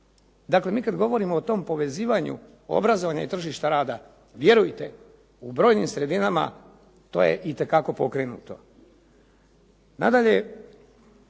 Dakle, mi kada govorimo o tom povezivanju obrazovanja i tržišta rada, vjerujte u brojnim sredinama to je itekako pokrenuto.